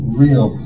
real